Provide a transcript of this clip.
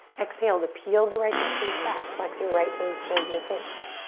exhale to peel the right hip crease back, flex your right toes towards your face.